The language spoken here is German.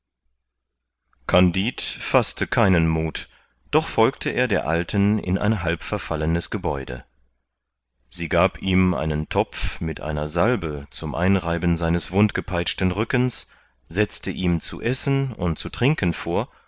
kandid faßte keinen muth doch folgte er der alten in ein halbverfallenes gebäude sie gab ihm einen topf mit einer salbe zum einreiben seines wundgepeitschten rückens setzte ihm zu essen und zu trinken vor